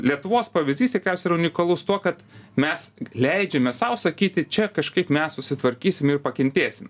lietuvos pavyzdys tikriausiai yra unikalus tuo kad mes leidžiame sau sakyti čia kažkaip mes susitvarkysim ir pakentėsim